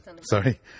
Sorry